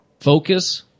focus